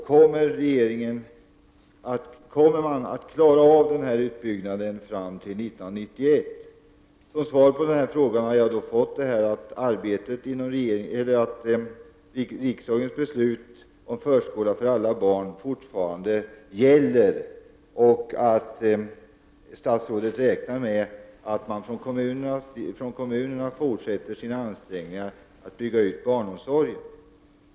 Kommer regeringen att klara av utbyggnaden fram till år 1991? Som svar på mina frågor säger statsrådet att riksdagens beslut om en förskola för alla barn fortfarande gäller och att statsrådet räknar med att landets kommuner fortsätter sina ansträngningar att bygga ut barnomsorgen.